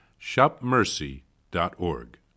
shopmercy.org